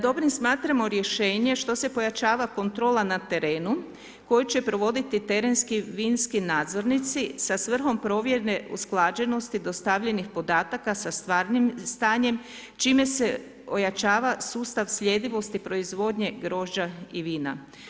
Dobrim smatramo rješenje što se pojačava kontrola na terenu koju će provoditi terenski vinski nadzornici sa svrhom provjere usklađenosti dostavljenih podataka sa stvarnim stanjem čime se ojačava sustav sljedivosti, proizvodnje grožđa i vina.